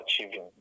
achieving